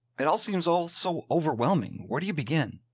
it all seems all so overwhelming. where do you begin.